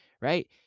right